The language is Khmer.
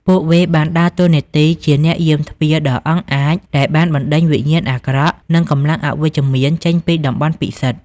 ពួកវាបានដើរតួនាទីជាអ្នកយាមទ្វារដ៏អង់អាចដែលបានបណ្តេញវិញ្ញាណអាក្រក់ និងកម្លាំងអវិជ្ជមានចេញពីតំបន់ពិសិដ្ឋ។